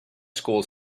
school